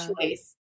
choice